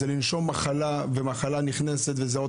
זה לנשום מחלה ומחלה נכנסת וזה עוד